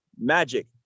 Magic